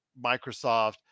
Microsoft